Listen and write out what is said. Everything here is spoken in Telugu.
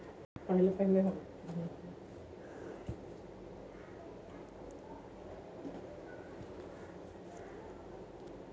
సామాజిక రంగ పథకాల వల్ల సమాజానికి ఎటువంటి ప్రయోజనాలు కలుగుతాయి?